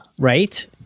right